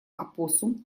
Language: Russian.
опоссум